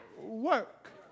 work